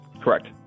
Correct